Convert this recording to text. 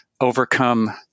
overcome